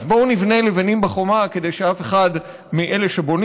אז בואו נבנה לבנים בחומה כדי שאף אחד מאלה שבונים